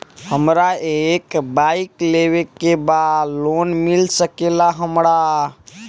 हमरा एक बाइक लेवे के बा लोन मिल सकेला हमरा?